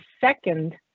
second